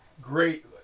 great